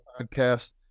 podcast